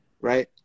right